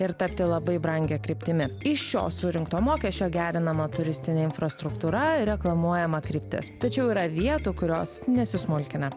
ir tapti labai brangia kryptimi iš šio surinkto mokesčio gerinama turistinė infrastruktūra reklamuojama kryptis tačiau yra vietų kurios nesismulkina